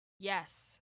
Yes